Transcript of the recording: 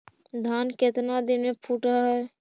धान केतना दिन में फुट है?